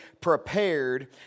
prepared